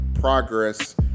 progress